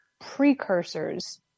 precursors